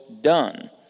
done